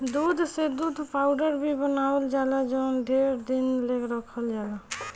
दूध से दूध पाउडर भी बनावल जाला जवन ढेरे दिन ले रखल जाला